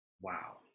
Wow